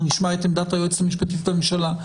אנחנו נשמע את עמדת היועצת המשפטית לממשלה.